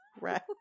Right